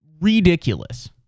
ridiculous